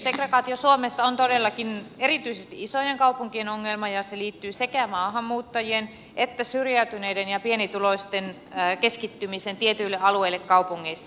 segregaatio suomessa on todellakin erityisesti isojen kaupunkien ongelma ja se liittyy sekä maahanmuuttajien että syrjäytyneiden ja pienituloisten keskittymiseen tietyille alueille kaupungeissa